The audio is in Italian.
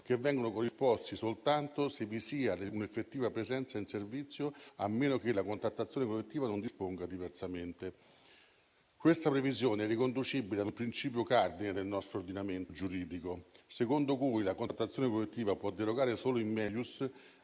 che vengono corrisposti soltanto se vi sia un'effettiva presenza in servizio, a meno che la contrattazione collettiva non disponga diversamente. Questa previsione è riconducibile a un principio cardine del nostro ordinamento giuridico, secondo cui la contrattazione collettiva può derogare solo *in melius*